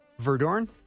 Verdorn